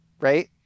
Right